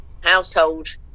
household